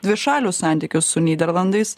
dvišalius santykius su nyderlandais